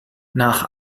nach